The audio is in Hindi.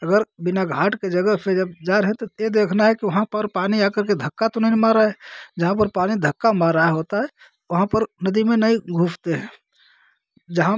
अगर बिना घाट के जगह से जब जा रहे हैं तो यह देखना है कि वहाँ पर पानी आकर धक्का तो नहीं न मार रहा है जहाँ पर पानी धक्का मार रहा होता है वहाँ पर नदी में नहीं घुसते हैं जहाँ